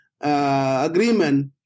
agreement